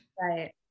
right